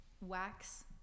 wax